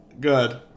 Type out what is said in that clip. Good